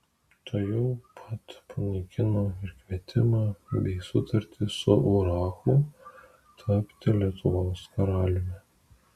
tuojau pat panaikino ir kvietimą bei sutartį su urachu tapti lietuvos karaliumi